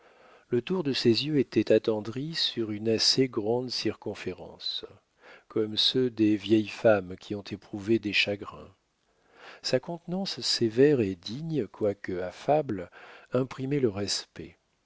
le tour de ses yeux était attendri sur une assez grande circonférence comme ceux des vieilles femmes qui ont éprouvé des chagrins sa contenance sévère et digne quoique affable imprimait le respect